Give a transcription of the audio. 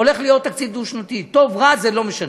הולך להיות תקציב דו-שנתי, טוב, רע, זה לא משנה.